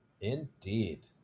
Indeed